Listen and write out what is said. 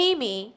Amy